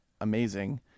amazing